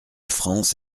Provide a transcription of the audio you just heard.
france